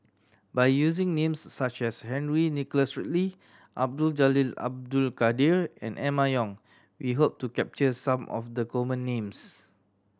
by using names such as Henry Nicholas Ridley Abdul Jalil Abdul Kadir and Emma Yong we hope to capture some of the common names